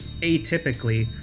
Atypically